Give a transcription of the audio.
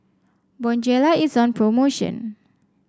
Bonjela is on promotion